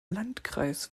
landkreis